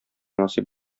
насыйп